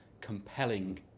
compelling